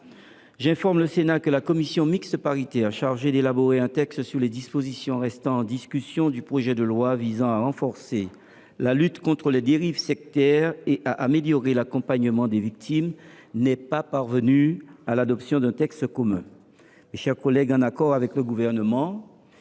J’informe le Sénat que la commission mixte paritaire chargée d’élaborer un texte sur les dispositions restant en discussion du projet de loi visant à renforcer la lutte contre les dérives sectaires et à améliorer l’accompagnement des victimes n’est pas parvenue à l’adoption d’un texte commun. Mes chers collègues, en accord avec le Gouvernement,